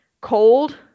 cold